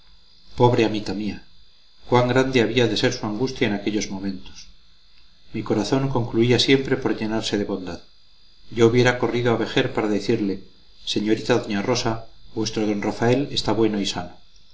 pobre amita mía cuán grande había de ser su angustia en aquellos momentos mi corazón concluía siempre por llenarse de bondad yo hubiera corrido a vejer para decirle señorita doña rosa vuestro d rafael está bueno y sano